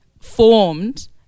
formed